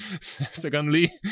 Secondly